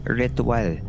ritual